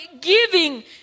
giving